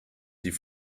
die